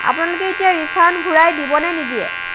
আপোনালোকে এতিয়া ৰিফাণ্ড ঘূৰাই দিব নে নিদিয়ে